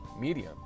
medium